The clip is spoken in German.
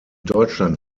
deutschland